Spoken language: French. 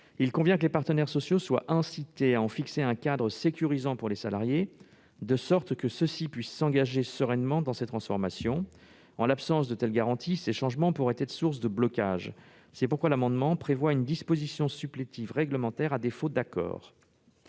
Il convient que les partenaires sociaux soient incités à fixer un cadre sécurisant pour les salariés, de sorte que ceux-ci puissent s'engager sereinement dans ces transformations. En l'absence de telles garanties, ces changements pourraient être source de blocage. C'est pourquoi nous souhaitons introduire une disposition supplétive réglementaire en cas de défaut d'accord.